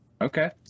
Okay